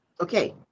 Okay